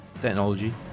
technology